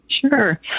Sure